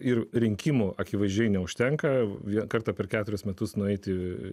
ir rinkimų akivaizdžiai neužtenka vien kartą per keturis metus nueiti